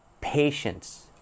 patience